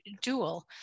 dual